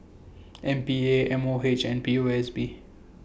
M P A M O H and P O S B